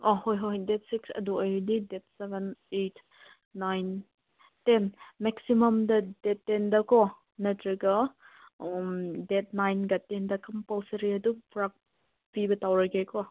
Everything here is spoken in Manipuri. ꯑꯥ ꯍꯣꯏ ꯍꯣꯏ ꯗꯦꯗ ꯁꯤꯛꯁ ꯑꯗꯨ ꯑꯣꯏꯔꯗꯤ date seven eight nine ten ꯃꯦꯛꯁꯤꯃꯝꯗ ꯗꯦꯗ ꯇꯦꯟꯗꯀꯣ ꯅꯠꯇ꯭ꯔꯒ ꯗꯦꯗ ꯅꯥꯏꯟꯒ ꯇꯦꯟꯗ ꯀꯝꯄꯜꯁꯔꯤ ꯑꯗꯨꯝ ꯄꯨꯔꯛꯄꯤꯕ ꯇꯧꯔꯒꯦꯀꯣ